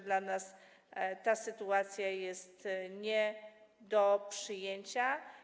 Dla nas ta sytuacja jest nie do przyjęcia.